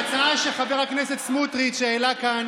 ההצעה שחבר הכנסת סמוטריץ' העלה כאן